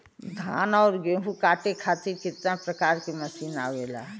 धान और गेहूँ कांटे खातीर कितना प्रकार के मशीन आवेला?